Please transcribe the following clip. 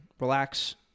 Relax